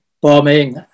bombing